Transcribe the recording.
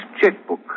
checkbook